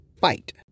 fight